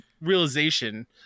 realization